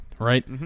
right